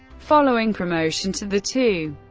following promotion to the two.